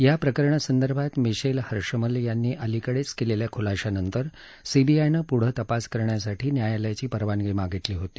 याप्रकरणासंदर्भात Michel हर्षमल यांनी अलिकडेच केलेल्या ख्लाशानंतर सीबीआयनं प्ढे तपास करण्यासाठी न्यायालयाची परवानगी मागितली होती